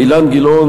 אילן גילאון,